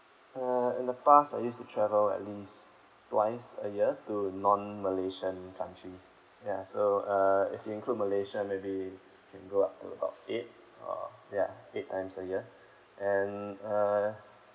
uh in the past I used to travel at least twice a year to non-malaysian country ya so uh if include malaysia maybe can go up to about eight uh ya eight times a year and uh